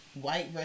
white